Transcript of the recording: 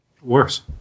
Worse